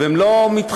והם לא מתחמקים.